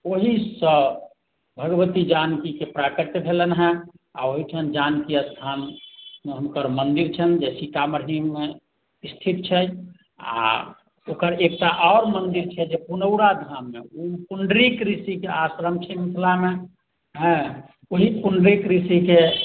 ओहिसँ भगवती जानकीकेँ प्राकट्य भेलनि हँ आ ओहिठाम जानकी स्थान मे हुनकर मन्दिर छनि जे सीतामढ़ीमे स्थित छै आ ओकर एकटा आओर मन्दिर छै जे पुनौराधाममे ओ पुण्डरीक ऋषिकेँ आश्रम छै मिथिलामे हूँ ओहि पुण्डरीक ऋषिकेँ